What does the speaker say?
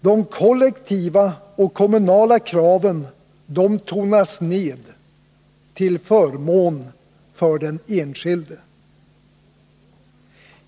De kollektiva och kommunala kraven tonas ned till förmån för ”den enskilde”.